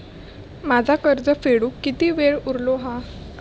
माझा कर्ज फेडुक किती वेळ उरलो हा?